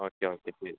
okay okay ശരി